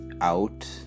out